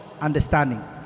Understanding